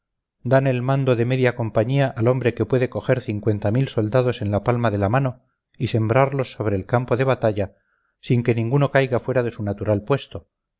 dan el mando de media compañía al hombre que puede coger cincuenta mil soldados en la palma de la mano y sembrarlos sobre el campo de batalla sin que ninguno caiga fuera de su natural puesto